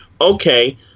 okay